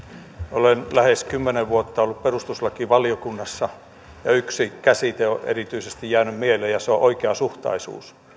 olen lähes kymmenen vuotta ollut perustuslakivaliokunnassa ja yksi käsite on erityisesti jäänyt mieleen ja se on oikeasuhtaisuus